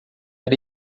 era